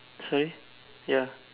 sorry ya